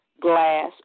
glass